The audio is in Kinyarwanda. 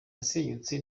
yasenyutse